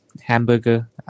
hamburger